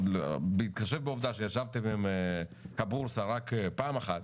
בהתחשב בעובדה שישבתם עם הבורסה רק פעם אחת,